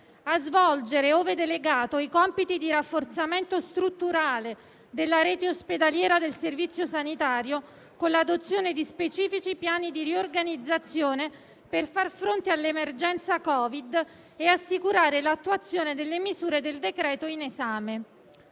a svolgere, ove delegato, i compiti di rafforzamento strutturale della rete ospedaliera del servizio sanitario, con l'adozione di specifici piani di riorganizzazione per far fronte all'emergenza Covid e assicurare l'attuazione delle misure del decreto in esame.